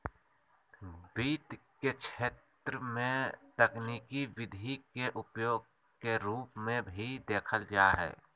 वित्त के क्षेत्र में तकनीकी विधि के उपयोग के रूप में भी देखल जा हइ